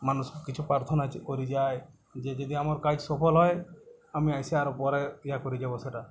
মানুষ কিছু প্রার্থনা চে করি যায় যে যদি আমার কাজ সফল হয় আমি এসে আরও পরে ইয়া করে যাবো সেটা